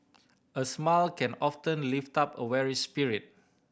a smile can often lift up a weary spirit